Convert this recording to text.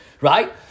right